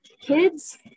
kids